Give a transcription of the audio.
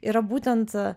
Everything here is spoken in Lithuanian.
yra būtent